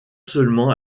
seulement